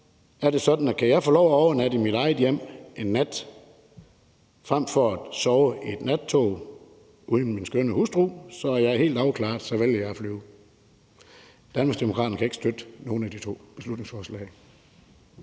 at det er sådan, at kan jeg få lov at overnatte i mit eget hjem en nat frem for at sove i et nattog uden min skønne hustru, så jeg er helt afklaret, med hensyn til at jeg vælger at flyve. Danmarksdemokraterne kan ikke støtte nogen af de to beslutningsforslag.